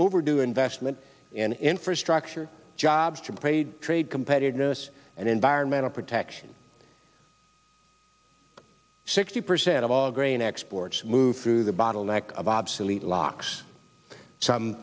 overdue investment in infrastructure jobs to be paid trade competitiveness and environmental protection sixty percent of all grain exports move through the bottleneck of obsolete locks some